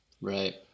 Right